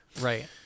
Right